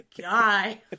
guy